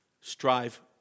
strive